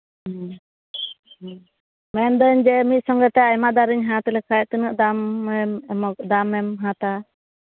ᱦᱩᱸ ᱦᱩᱸ ᱢᱮᱱᱫᱟᱹᱧ ᱡᱮ ᱢᱤᱫ ᱥᱚᱝᱜᱮᱛᱮ ᱟᱭᱢᱟ ᱫᱟᱨᱮᱧ ᱦᱟᱛ ᱞᱮᱠᱷᱟᱱ ᱛᱤᱱᱟᱹᱜ ᱫᱟᱢ ᱮᱢ ᱦᱟᱛᱟᱣᱟ